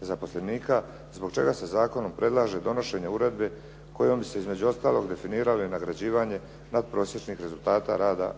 zaposlenika, zbog čega se zakonom predlaže donošenje uredbe kojom bi se između ostalog definiralo i nagrađivanje natprosječnih rezultata